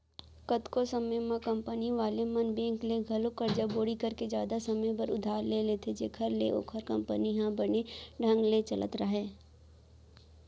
कतको समे म कंपनी वाले मन बेंक ले घलौ करजा बोड़ी करके जादा समे बर उधार ले लेथें जेखर ले ओखर कंपनी ह बने ढंग ले चलत राहय